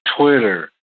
Twitter